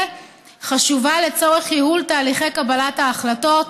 חשובה לצורך ייעול תהליכי קבלת ההחלטות,